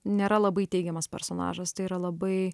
nėra labai teigiamas personažas tai yra labai